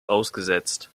ausgesetzt